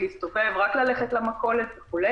להסתובב או רק ללכת למכולת וכו'.